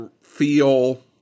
feel